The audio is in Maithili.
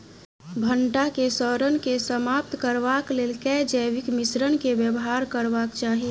भंटा केँ सड़न केँ समाप्त करबाक लेल केँ जैविक मिश्रण केँ व्यवहार करबाक चाहि?